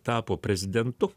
tapo prezidentu